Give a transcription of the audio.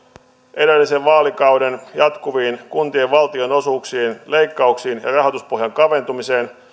edellisen vaalikauden jatkuviin kuntien valtionosuuksien leikkauksiin ja rahoituspohjan kaventumiseen